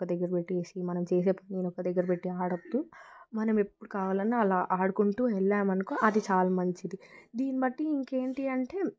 ఒక దగ్గర పెట్టేసి మనం చేసే పని ఒక దగ్గర పెట్టి ఆడద్దు మనం ఎప్పుడు కావాలన్నా అలా ఆడుకుంటూ వెళ్ళామనుకో అది చాలా మంచిది దీని బట్టి ఇంకా ఏంటి అంటే